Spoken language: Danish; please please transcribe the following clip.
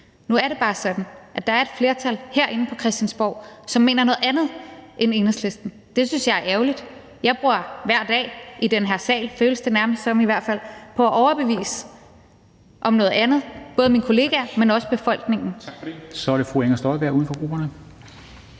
Nu er det bare sådan, at der er et flertal herinde på Christiansborg, som mener noget andet end Enhedslisten. Det synes jeg er ærgerligt. Jeg bruger hver dag i den her sal – sådan føles det i hvert fald – på at overbevise både mine kollegaer, men også befolkningen,